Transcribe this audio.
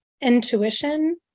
intuition